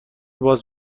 باز